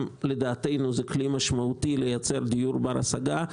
גם לדעתנו זה כלי משמעותי לייצר דיור בר השגה.